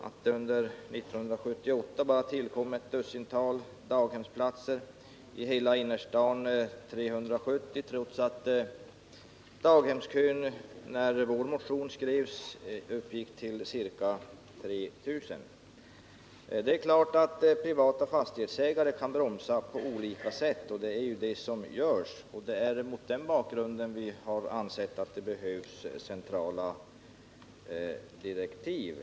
Under 1978 har det på Södermalm bara tillkommit ett dussintal daghemsplatser och i hela innerstaden endast 370, trots att det i daghemskön när vår motion skrevs fanns ca 3 000 sökande. Självfallet kan privata fastighetsägare bromsa på olika sätt, och det är också det som sker. Vi har mot den bakgrunden ansett att det behövs centrala direktiv.